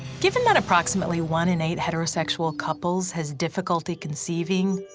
given that approximately one in eight heterosexual couples has difficulty conceiving,